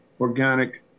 organic